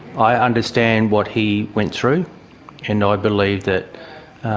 i understand what he went through and i believe that